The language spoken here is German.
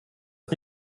das